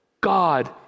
God